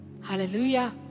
Hallelujah